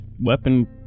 weapon